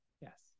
Yes